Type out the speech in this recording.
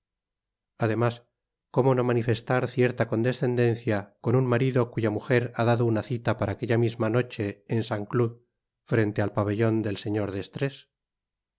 además como no manifestar cierta condescendencia con un marido cuya mujer ha dado una cita para aquella misma noche en saint cloud frente al pabellon del señor